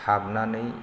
हाबनानै